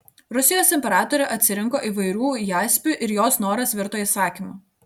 rusijos imperatorė atsirinko įvairių jaspių ir jos noras virto įsakymu